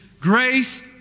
Grace